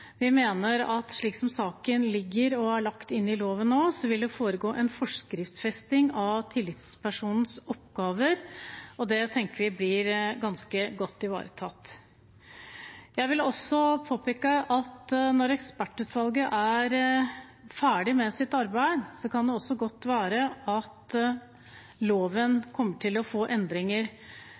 Vi mener at slik som saken ligger, og er lagt inn i loven nå, vil det skje en forskriftsfesting av tillitspersonenes oppgaver, og det tenker vi blir ganske godt ivaretatt. Jeg vil også påpeke at når ekspertutvalget er ferdig med sitt arbeid, kan det også godt være at loven kommer til å få endringer.